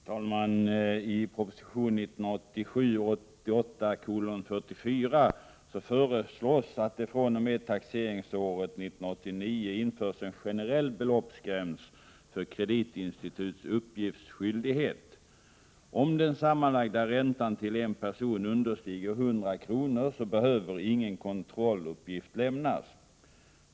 Herr talman! I proposition 1987/88:44 föreslås att det fr.o.m. taxeringsåret 1989 införs en generell beloppsgräns för kreditinstituts uppgiftsskyldighet. Om den sammanlagda räntan till en person understiger 100 kr. behöver ingen kontrolluppgift lämnas.